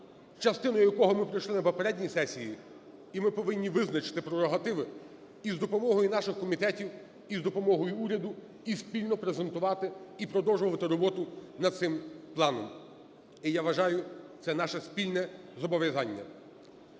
частину якого ми пройшли на попередній сесій? І ми повинні визначити прерогативи з допомогою наших комітетів, із допомогою уряду і спільно презентувати і продовжувати роботу над цим планом. І я вважаю, це наше спільне зобов'язання.